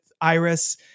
Iris